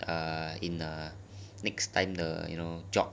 uh in uh next time 的 you know job